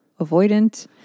avoidant